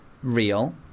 real